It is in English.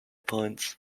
points